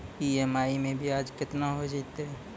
EMI मैं ब्याज केतना हो जयतै?